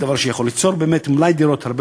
דבר שיכול ליצור באמת מלאי דירות הרבה